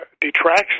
detracts